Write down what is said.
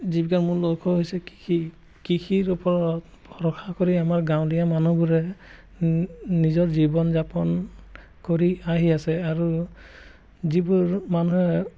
জীৱিকাৰ মূল লক্ষ্য হৈছে কৃষি কৃষিৰ ওপৰত ভৰষা কৰি আমাৰ গাঁৱলীয়া মানুহবোৰে নিজৰ জীৱন যাপন কৰি আহি আছে আৰু যিবোৰ মানুহে